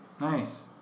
Nice